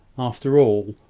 after all,